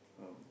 um